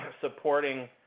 supporting